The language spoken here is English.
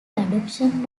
adoption